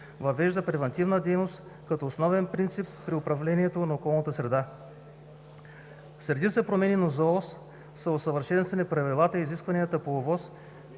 въвежда превантивната дейност като основен принцип при управлението на околната среда. С редица промени на ЗООС са усъвършенствани правилата и изискванията по ОВОС,